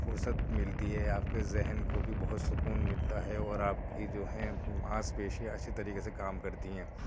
فرصت ملتی ہے آپ کے ذہن کو بھی بہت سکون ملتا ہے اور آپ کی جو ہیں مانس پیشیا اچھی طریقے سے کام کرتی ہیں